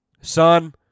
son